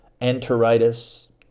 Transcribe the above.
Enteritis